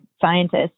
scientists